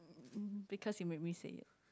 um because you made me say it